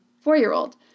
Four-year-old